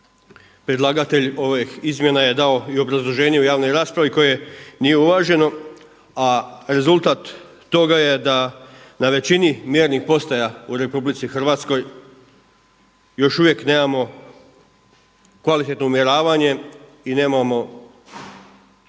Predlagatelj ovih izmjena je dao i obrazloženje u javnoj raspravi koje nije uvaženo, a rezultat toga je da na većini mjernih postaja u RH još uvijek nemamo kvalitetno umjeravanje i nemamo